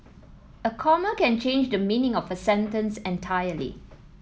a comma can change the meaning of a sentence entirely